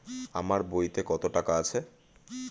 আমার বইতে কত টাকা আছে?